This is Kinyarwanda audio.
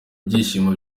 byishimo